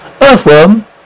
Earthworm